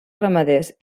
ramaders